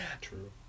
True